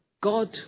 God